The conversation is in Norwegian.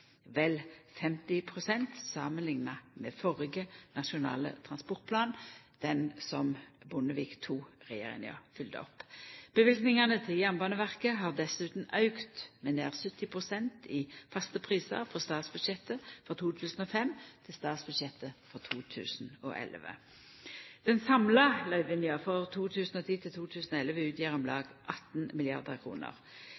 vel 50 pst. samanlikna med førre Nasjonal transportplan, den som Bondevik II-regjeringa følgde opp. Løyvingane til Jernbaneverket har dessutan auka med nær 70 pst. i faste prisar frå statsbudsjettet for 2005 til statsbudsjettet for 2011. Den samla løyvinga for 2010 og 2011 utgjer om